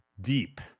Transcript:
deep